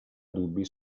dubbi